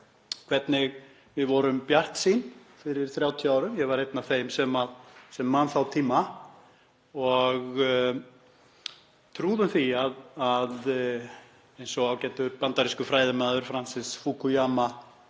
hvað við vorum bjartsýn fyrir 30 árum — ég er einn af þeim sem man þá tíma — og trúðum því eins og ágætur bandarískur fræðimaður, Francis Fukuyama,